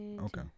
okay